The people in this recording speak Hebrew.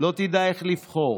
לא תדע איך לבחור.